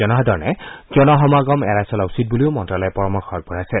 জনসাধাৰণে জনসমাগম এৰাই চলা উচিত বুলিও মন্ত্যালয়ে পৰামৰ্শ আগবঢ়াইছে